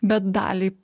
bet daliai